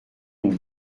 une